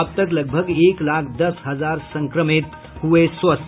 अब तक लगभग एक लाख दस हजार संक्रमित हुए स्वस्थ